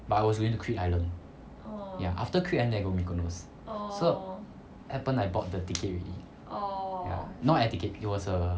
but I was going to greek island ya after greek island then I go to mykonos so happened I bought the ticket already ya not air ticket it was a